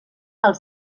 els